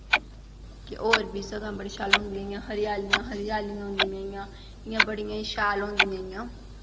कि होर बी सगुआं बड़ी शैल होंदी इ'यां हरेयालियां हरेयालियां होंदियां इ'यां इ'यां बड़ियां ई शैल होंदियां इ'यां